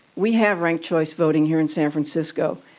we have ranked choice voting here in san francisco,